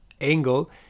angle